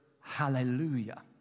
hallelujah